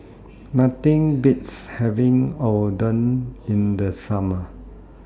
Nothing Beats having Oden in The Summer